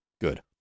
good